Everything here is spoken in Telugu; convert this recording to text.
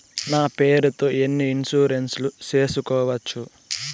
నా పేరుతో ఎన్ని ఇన్సూరెన్సులు సేసుకోవచ్చు?